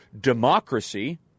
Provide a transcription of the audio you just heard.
democracy